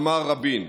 אמר רבין.